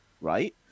right